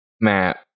Map